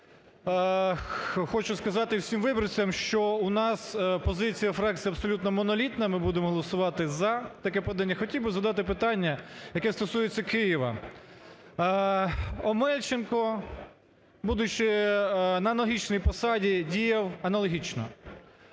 Хочу сказати всім виборцям, що у нас позиція фракції абсолютно монолітна, ми будемо голосувати "за" таке подання. Хотів би задати питання, яке стосується Києва. Омельченко, будучи на аналогічній посаді, діяв аналогічно.